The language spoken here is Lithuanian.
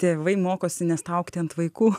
tėvai mokosi nestaugti ant vaikų